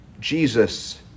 Jesus